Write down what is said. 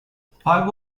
five